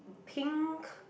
pink